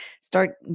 start